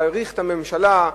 תעריך את הממשלה,